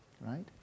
right